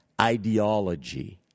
ideology